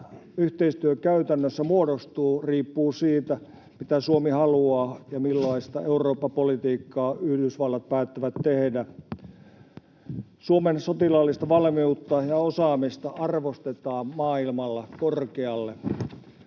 DCA-yhteistyö käytännössä muodostuu, riippuu siitä, mitä Suomi haluaa ja millaista Eurooppa-politiikkaa Yhdysvallat päättää tehdä. Suomen sotilaallista valmiutta ja osaamista arvostetaan maailmalla korkealle.